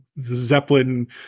zeppelin